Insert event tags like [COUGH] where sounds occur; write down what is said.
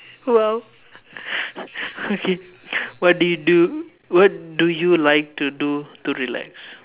!wow! [LAUGHS] okay what do you do what do you like to do to relax